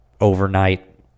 overnight